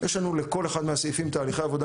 יש לנו לכל אחד מהסעיפים תהליכי עבודה